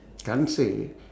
can't say